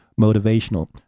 motivational